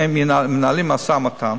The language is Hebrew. הם מנהלים משא-ומתן